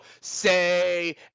say